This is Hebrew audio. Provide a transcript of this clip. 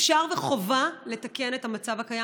אפשר וחובה לתקן את המצב הקיים.